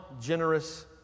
generous